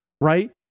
right